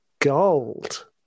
gold